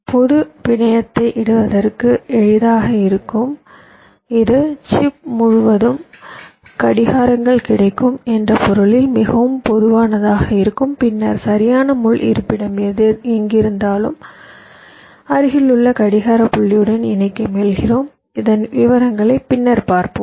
பொது பிணையத்தை இடுவதற்கு எளிதாக இருக்கும் இது சிப் முழுவதும் கடிகாரங்கள் கிடைக்கும் என்ற பொருளில் மிகவும் பொதுவானதாக இருக்கும் பின்னர் சரியான முள் இருப்பிடம் எங்கிருந்தாலும் அருகிலுள்ள கடிகார புள்ளியுடன் இணைக்க முயல்கிறோம் இதன் விவரங்களை பின்னர் பார்ப்போம்